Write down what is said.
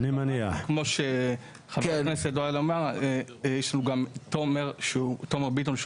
ויש לנו גם את תומר ביטון,